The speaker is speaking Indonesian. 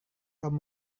tom